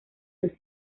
los